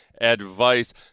Advice